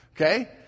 Okay